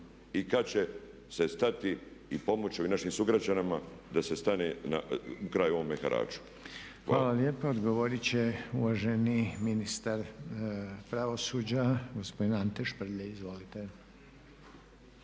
i kada će se stati i pomoći ovim našim sugrađanima da se stane na kraj ovome haraču? **Reiner, Željko (HDZ)** Hvala lijepa. Odgovoriti će uvaženi ministar pravosuđa, gospodin Ante Šprlje. Izvolite.